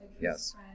Yes